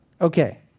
Okay